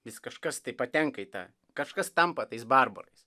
vis kažkas tai patenka į tą kažkas tampa tais barbarais